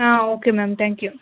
ಹಾಂ okay ma'am thank you